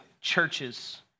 churches